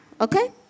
Okay